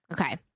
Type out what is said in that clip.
Okay